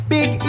Big